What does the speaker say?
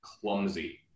clumsy